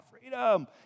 freedom